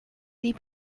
die